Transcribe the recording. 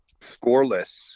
scoreless